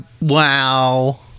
Wow